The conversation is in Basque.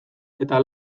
eta